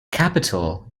capital